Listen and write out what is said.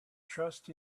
trust